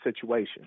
situation